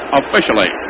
officially